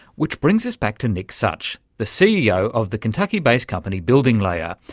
which brings us back to nick such, the ceo of the kentucky-based company buildinglayer,